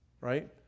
right